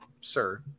sir